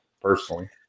personally